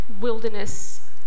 wilderness